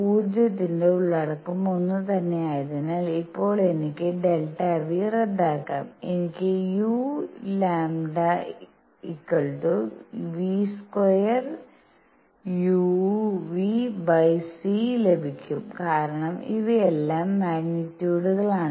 ഊർജ്ജത്തിന്റെ ഉള്ളടക്കം ഒന്നുതന്നെ ആയതിനാൽ ഇപ്പോൾ എനിക്ക് Δν റദ്ദാക്കാം എനിക്ക് u λv²uᵥc ലഭിക്കും കാരണം ഇവയെല്ലാം മാഗ്നിറ്റ്യൂഡുകളാണ്